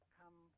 come